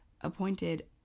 appointed